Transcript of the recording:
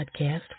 podcast